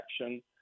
action